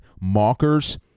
mockers